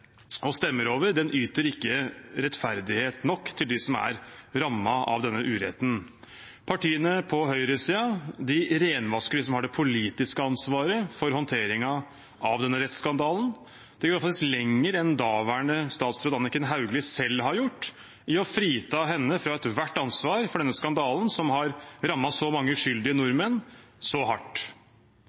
og skal stemme over, yter ikke rettferdighet nok til dem som er rammet av denne uretten. Partiene på høyresiden renvasker dem som har det politiske ansvaret for håndteringen av denne rettsskandalen – de går faktisk lenger enn daværende statsråd Anniken Hauglie selv har gjort, i å frita henne fra ethvert ansvar for denne skandalen som har rammet så mange uskyldige nordmenn så hardt.